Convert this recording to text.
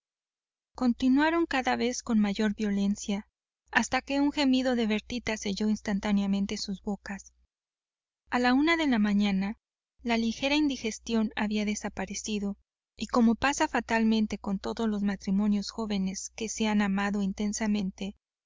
continuaron cada vez con mayor violencia hasta que un gemido de bertita selló instantáneamente sus bocas a la una de la mañana la ligera indigestión había desaparecido y como pasa fatalmente con todos los matrimonios jóvenes que se han amado intensamente